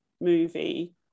movie